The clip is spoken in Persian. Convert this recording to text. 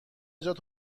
جات